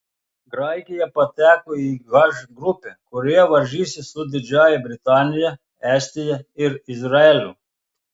graikija pateko į h grupę kurioje varžysis su didžiąja britanija estija ir izraeliu